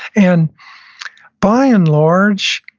and by and large,